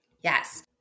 yes